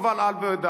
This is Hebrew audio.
קבל עם ועדה.